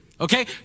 Okay